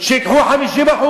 שייקחו 50%,